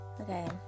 okay